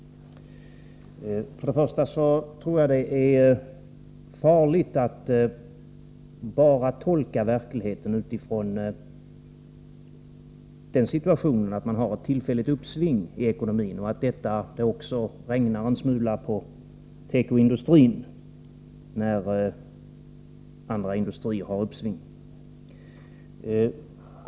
Jag tror att det är farligt att bara tolka verkligheten utifrån den situationen att man har ett tillfälligt uppsving i ekonomin — och att det också regnar en smula på tekoindustrin när andra industrier har ett uppsving.